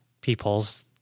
people's